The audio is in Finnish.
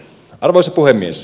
arvoisa puhemies